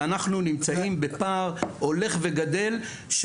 ואנחנו נמצאים בפער הולך וגדל.